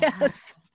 Yes